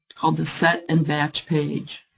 called a set and batch page.